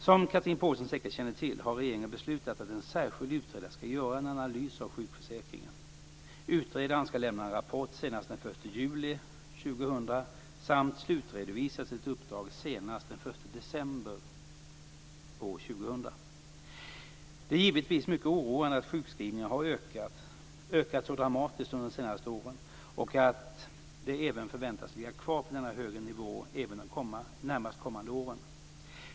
Som Chatrine Pålsson säkert känner till har regeringen beslutat att en särskild utredare ska göra en analys av sjukförsäkringen . Utredaren ska lämna en rapport senast den 1 juli år 2000 samt slutredovisa sitt uppdrag senast den 1 Det är givetvis mycket oroande att sjukskrivningarna har ökat så dramatiskt under de senaste åren och att de även förväntas ligga kvar på denna högre nivå de närmast kommande åren.